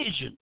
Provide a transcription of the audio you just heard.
vision